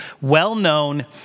well-known